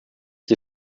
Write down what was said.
die